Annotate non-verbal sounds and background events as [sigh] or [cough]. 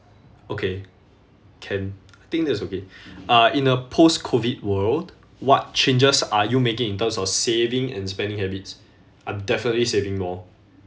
okay can I think that's okay [breath] uh in a post COVID world what changes are you making in terms of saving and spending habits I'm definitely saving more